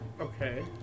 Okay